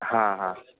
हां हां